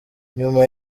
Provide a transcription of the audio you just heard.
nyuma